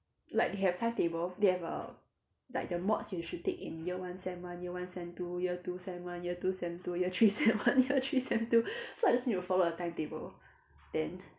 like we have timetable they have a like the mods you should take in year one sem one year one sem two year two sem one year two sem two year three sem one year three sem two so I just need to follow the timetable then